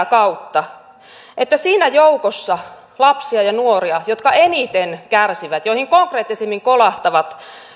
kautta että siinä joukossa lapsia ja nuoria jotka eniten kärsivät ja joihin konkreettisimmin kolahtavat